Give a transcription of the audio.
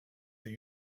they